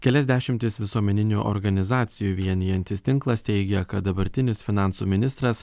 kelias dešimtis visuomeninių organizacijų vienijantis tinklas teigia kad dabartinis finansų ministras